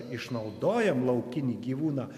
išnaudojam laukinį gyvūną